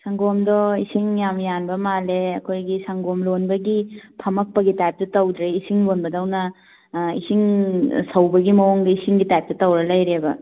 ꯁꯪꯒꯣꯝꯗꯣ ꯏꯁꯤꯡ ꯌꯥꯝ ꯌꯥꯟꯕ ꯃꯥꯜꯂꯦ ꯑꯩꯈꯣꯏꯒꯤ ꯁꯪꯒꯣꯝ ꯂꯣꯟꯕꯒꯤ ꯐꯝꯃꯛꯄꯒꯤ ꯇꯥꯏꯞꯇ ꯇꯧꯗ꯭ꯔꯦ ꯏꯁꯤꯡ ꯂꯣꯟꯕꯗꯧꯅ ꯏꯁꯤꯡ ꯁꯧꯕꯒꯤ ꯃꯑꯣꯡꯗ ꯏꯁꯤꯡꯒꯤ ꯇꯥꯏꯞꯇ ꯇꯧꯔꯒ ꯂꯩꯔꯦꯕ